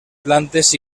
plantes